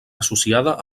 associada